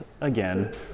again